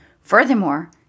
Furthermore